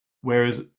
Whereas